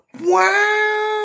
Wow